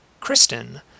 Kristen